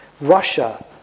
Russia